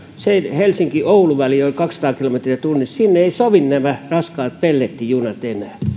helsinki oulu väli on kaksisataa kilometriä tunnissa sinne eivät sovi nämä raskaat pellettijunat enää